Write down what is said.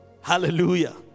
hallelujah